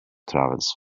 travels